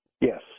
Yes